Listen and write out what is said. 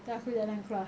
terus aku jalan keluar